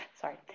Sorry